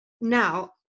Now